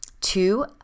Two